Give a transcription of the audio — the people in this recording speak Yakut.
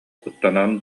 куттанан